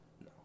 no